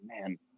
man